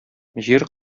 җир